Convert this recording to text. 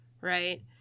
right